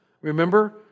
Remember